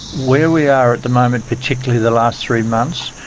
where we are at the moment, particularly the last three months,